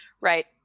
right